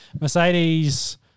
Mercedes –